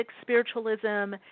spiritualism